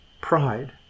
Pride